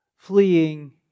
Fleeing